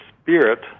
spirit